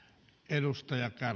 arvoisa